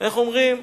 איך אומרים,